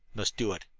must do it.